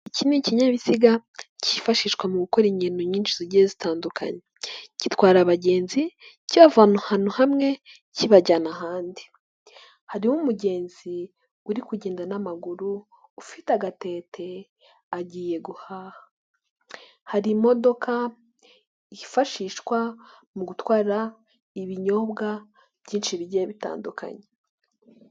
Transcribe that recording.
Iki kinyabiziga cyifashishwa mu gukora ingendo nyinshi zigiye zitandukanye, gitwara abagenzi kibavana ahantu hamwe kibajyana ahandi, hariho umugenzi uri kugenda n'amaguru ufite agatete agiye guhaha, hri imodoka yifashishwa mu gutwara ibinyobwa byinshi bigiye bitandukanye.